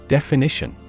Definition